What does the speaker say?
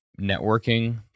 networking